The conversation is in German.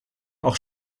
auch